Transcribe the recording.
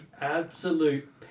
absolute